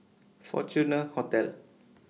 Fortuna Hotel